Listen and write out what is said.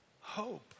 hope